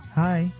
hi